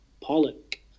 Pollock